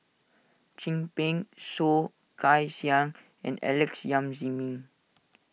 Chin Peng Soh Kay Siang and Alex Yam Ziming